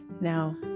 Now